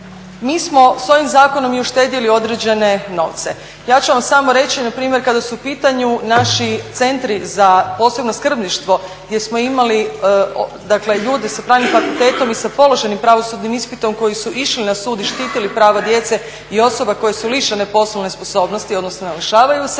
mi smo s ovim zakonom uštedjeli određene novce. Ja ću vam samo reći npr. kada su u pitanju naši centri za posebno skrbništvo gdje smo imali dakle ljude sa pravnim fakultetom i sa položenim pravosudnim ispitom koji su išli na sud i štitili prava djece i osoba koje su lišene poslovne sposobnosti odnosno lišavaju se,